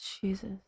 Jesus